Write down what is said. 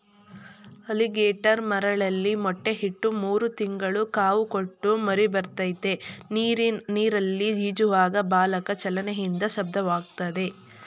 alligator ಮರಳಲ್ಲಿ ಮೊಟ್ಟೆ ಇಟ್ಟು ಮೂರು ತಿಂಗಳು ಕಾವು ಕೊಟ್ಟು ಮರಿಬರ್ತದೆ ನೀರಲ್ಲಿ ಈಜುವಾಗ ಬಾಲದ ಚಲನೆಯಿಂದ ಶಬ್ದವಾಗ್ತದೆ